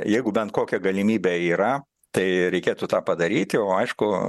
jeigu bent kokią galimybę yra tai reikėtų tą padaryti o aišku